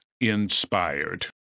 inspired